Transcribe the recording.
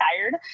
tired